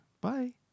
Bye